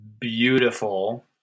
beautiful